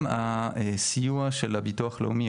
גם הסיוע של הביטוח הלאומי,